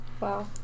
Wow